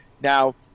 Now